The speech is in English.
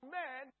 men